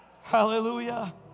Hallelujah